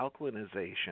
alkalinization